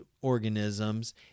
organisms